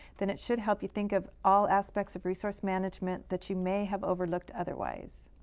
then it should help you think of all aspects of resource management that you may have overlooked otherwise.